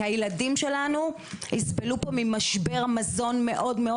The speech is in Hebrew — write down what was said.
כי הילדים שלנו יסבלו פה ממשבר מזון מאוד מאוד